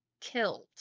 killed